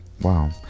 wow